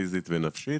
פיזית ונפשית.